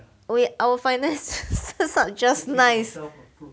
we our finances are just nice